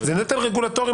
זה נטל רגולטורי,